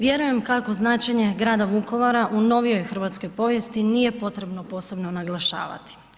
Vjerujem kako značenje grada Vukovara u novijoj Hrvatskoj povijesti nije potrebno posebno naglašavati.